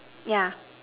yeah